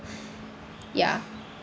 ya